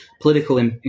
political